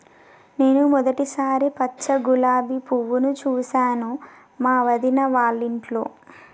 నేను మొదటిసారి పచ్చ గులాబీ పువ్వును చూసాను మా వదిన వాళ్ళింట్లో